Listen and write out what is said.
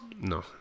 No